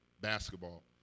basketball